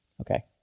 Okay